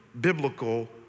biblical